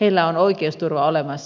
heillä on oikeusturva olemassa